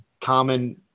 common